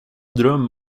dröm